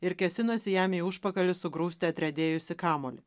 ir kėsinosi jam į užpakalį sugrūsti atriedėjusį kamuolį